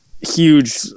huge